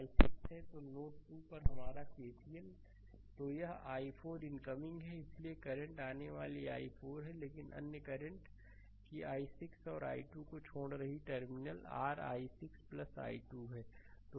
तो नोड 2 पर हमारा केसीएल तो यह i4 इनकमिंग है इसलिए यह करंट आने वाली i4 है लेकिन अन्यकरंट कि i6 और i2 यह छोड़ रही है टर्मिनल r i6 i2 है